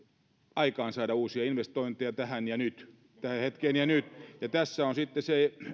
aikaansaada uusia investointeja tähän ja nyt tähän hetkeen ja nyt ja tässä on sitten se